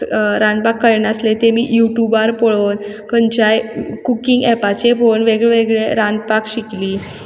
रांदपाक कळनासलें तेमी युट्यूबार पळोवन खंयच्याय कुकिंग एपाचेर पळोवन वेगळे वेगळे रांदपाक शिकलीं